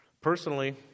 Personally